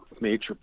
major